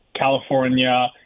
California